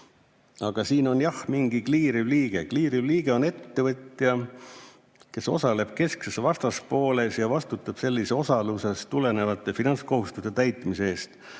et siin on jah mingi kliiriv liige. Kliiriv liige on ettevõtja, kes osaleb keskses vastaspooles ja vastutab sellisest osalusest tulenevate finantskohustuste täitmise eest.